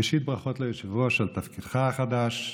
ראשית, ברכות ליושב-ראש על תפקידך החדש.